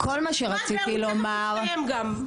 והוא תכף מסתיים גם.